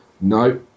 No